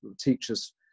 Teachers